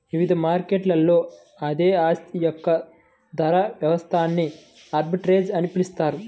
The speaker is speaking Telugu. వివిధ మార్కెట్లలో అదే ఆస్తి యొక్క ధర వ్యత్యాసాన్ని ఆర్బిట్రేజ్ అని పిలుస్తారు